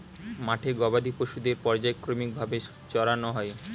মাঠে গবাদি পশুদের পর্যায়ক্রমিক ভাবে চরানো হয়